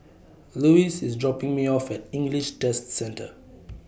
Louis IS dropping Me off At English Test Centre